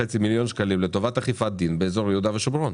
מיליון שקלים לטובת אכיפת דין באזור יהודה ושומרון".